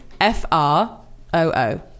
F-R-O-O